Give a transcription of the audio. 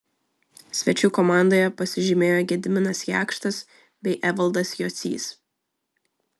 svečių komandoje pasižymėjo gediminas jakštas bei evaldas jocys